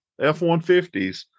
F-150s